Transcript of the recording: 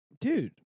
dude